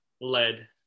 led